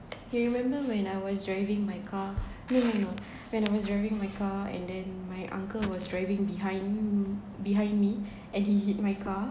you remember when I was driving my car no no no when I was driving my car and then my uncle was driving behind behind me and he hit my car